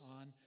on